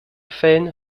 fällen